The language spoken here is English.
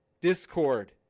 Discord